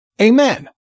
Amen